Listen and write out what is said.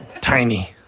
Tiny